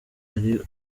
ari